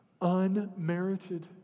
unmerited